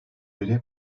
beri